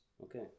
Okay